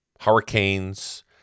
hurricanes